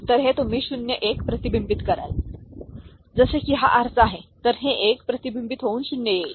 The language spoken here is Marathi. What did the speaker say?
तर हे तुम्ही 0 1 प्रतिबिंबित करता जसे की हा आरसा आहे तर हे 1 प्रतिबिंबित होऊन 0 येईल